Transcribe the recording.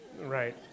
Right